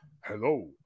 Hello